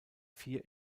vier